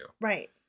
Right